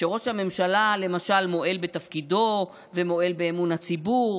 שראש הממשלה למשל מועל בתפקידו ומועל באמון הציבור,